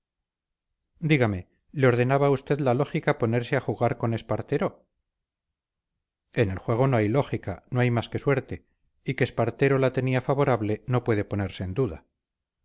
dígame le ordenaba a usted la lógica ponerse a jugar con espartero en el juego no hay lógica no hay más que suerte y que espartero la tenía favorable no puede ponerse en duda